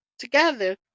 Together